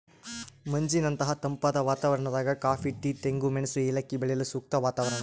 ಮಂಜಿನಂತಹ ತಂಪಾದ ವಾತಾವರಣದಾಗ ಕಾಫಿ ಟೀ ತೆಂಗು ಮೆಣಸು ಏಲಕ್ಕಿ ಬೆಳೆಯಲು ಸೂಕ್ತ ವಾತಾವರಣ